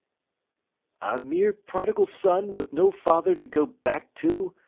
a mere prodigal son with no father to go back to,